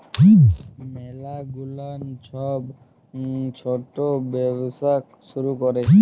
ম্যালা গুলান ছব ছট ব্যবসা শুরু ক্যরে